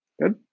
Good